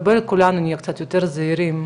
ובואו כולנו נהיה קצת יותר זהירים,